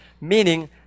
meaning